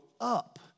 up